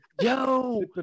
yo